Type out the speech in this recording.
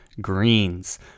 Greens